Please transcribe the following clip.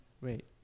Wait